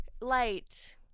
light